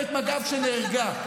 לוחמת מג"ב שנהרגה.